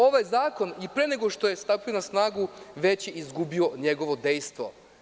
Ovaj zakon i pre nego što je stupio na snagu, već je izgubio njegovo dejstvo.